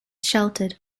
sheltered